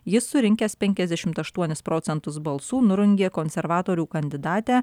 jis surinkęs penkiasdešimt aštuonis procentus balsų nurungė konservatorių kandidatę